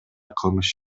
кылмыш